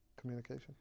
communication